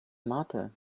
matter